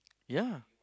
ya